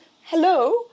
hello